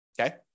Okay